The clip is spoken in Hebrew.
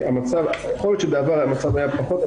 יכול להיות שבעבר המצב היה פחות טוב,